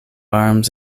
arms